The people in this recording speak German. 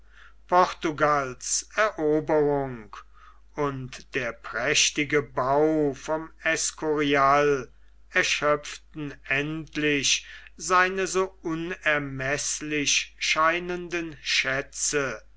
portugals eroberung und der prächtige bau vom escurial erschöpften endlich seine so unermeßlich scheinenden schätze